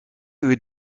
uur